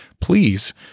please